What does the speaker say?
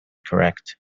correct